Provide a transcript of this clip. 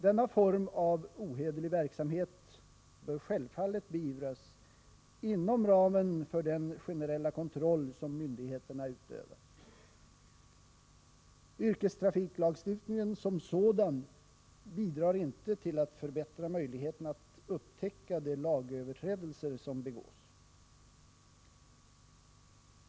Denna form av ohederlig verksamhet bör självfallet beivras inom ramen för den generella kontroll som myndigheterna utövar. Yrkestrafiklagstiftningen som sådan bidrar inte till att förbättra möjligheten att upptäcka de lagöverträdelser som begås.